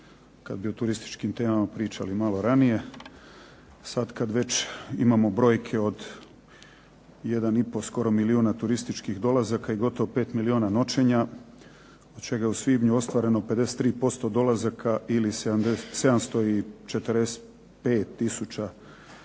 kada bi o turističkim temama pričali malo ranije. Sada kada već imamo brojke od 1,5 skoro milijuna turističkih dolazaka i gotovo 5 milijuna noćenja, od čega je u svibnju ostvareno 53% dolazaka ili 745 tisuća praktički